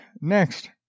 Next